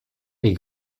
est